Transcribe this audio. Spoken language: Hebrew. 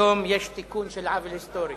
היום יש תיקון של עוול היסטורי.